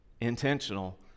intentional